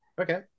Okay